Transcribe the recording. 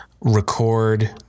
record